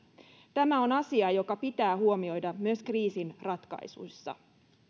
tämä on asia joka pitää huomioida myös kriisin ratkaisuissa